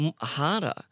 harder